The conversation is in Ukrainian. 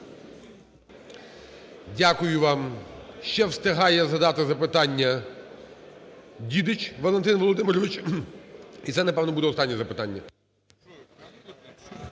Дякую вам. Ще встигає задати запитання Дідич Валентин Володимирович. І це, напевно, буде останнє запитання.